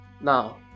Now